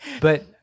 But-